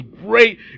great